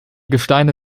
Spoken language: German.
gesteine